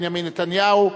בנימין נתניהו,